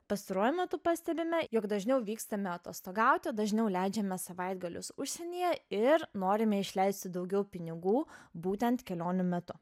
pastaruoju metu pastebime jog dažniau vykstame atostogauti dažniau leidžiame savaitgalius užsienyje ir norime išleisti daugiau pinigų būtent kelionių metu